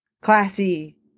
classy